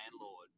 landlord